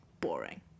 boring